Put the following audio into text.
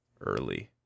early